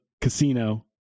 casino